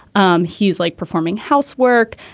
um he is like performing housework